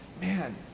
man